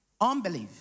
Unbelief